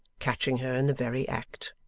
catching her in the very act.